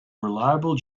reliable